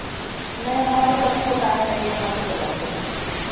नहीं हमारे पति को टाइम नहीं है हम ही चलते हैं